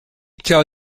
tell